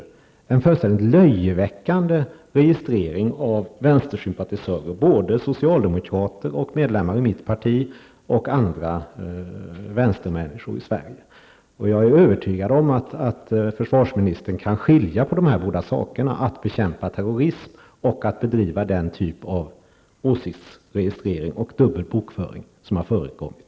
Det är en fullständigt löjeväckande registrering av vänstersympatisörer, både socialdemokrater, medlemmar av mitt parti och andra vänstermänniskor i Sverige. Jag är övertygad om att försvarsministern kan skilja på dessa båda saker -- att bekämpa terrorism och att bedriva den typ av åsiktsregistrering och dubbel bokföring som har förekommit.